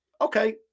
Okay